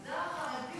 במגזר החרדי